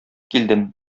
килдем